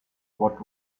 what